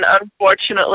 unfortunately